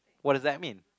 what does that mean